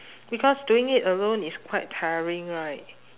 because doing it alone is quite tiring right